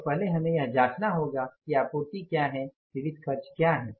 तो पहले हमें यह जांचना होगा कि आपूर्ति क्या हैं विविध खर्च क्या हैं